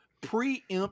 preempt